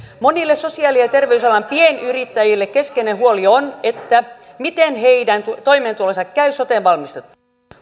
monille sosiaali ja terveysalan pienyrittäjille keskeinen huoli on miten heidän toimeentulonsa käy soten valmistuttua